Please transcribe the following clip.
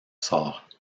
sort